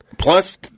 Plus